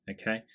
okay